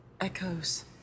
Echoes